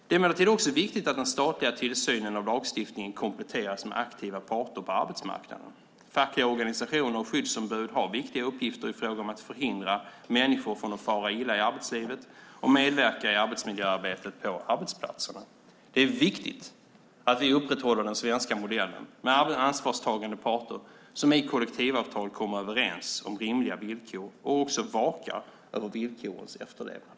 Det är emellertid också viktigt att den statliga tillsynen över lagstiftningen kompletteras med aktiva parter på arbetsmarknaden. Fackliga organisationer och skyddsombud har viktiga uppgifter i fråga om att förhindra människor från att fara illa i arbetslivet och medverka i arbetsmiljöarbetet på arbetsplatserna. Det är viktigt att vi upprätthåller den svenska modellen, med ansvarstagande parter som i kollektivavtal kommer överens om rimliga villkor och också vakar över villkorens efterlevnad.